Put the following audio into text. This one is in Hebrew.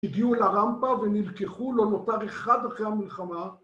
הגיעו לרמפה ונלקחו, לא נותר אחד אחרי המלחמה.